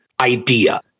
idea